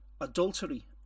adultery